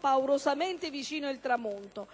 paurosamente vicino il tramonto.